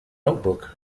notebook